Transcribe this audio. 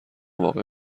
واقع